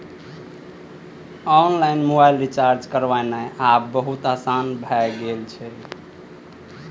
online mobile recharge करनाय आब बहुत आसान भए गेल छै